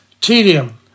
tedium